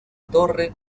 torre